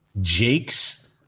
Jake's